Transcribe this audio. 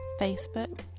Facebook